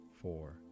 four